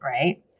Right